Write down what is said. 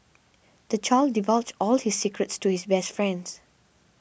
the child divulged all his secrets to his best friend